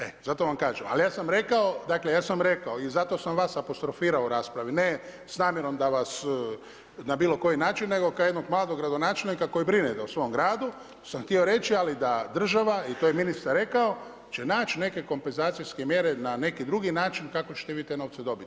E zato vam kažem, ali ja sam rekao, ja sam rekao i zato sam vas apostrofirao u raspravi, ne s namjerom da vas na bilo koji način, nego kao jednog mladog gradonačelnika, koji brine o svom gradu, sam htio reći, ali da država i to je ministar rekao, će naći neke kompenzacijske mjere na neki drugi način kako ćete vi te novce dobiti.